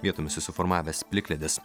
vietomis susiformavęs plikledis